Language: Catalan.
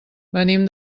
venim